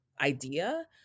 idea